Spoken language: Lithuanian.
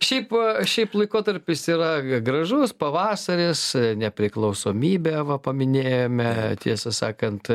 šiaip a šiaip laikotarpis yra gražus pavasaris nepriklausomybę paminėjome tiesą sakant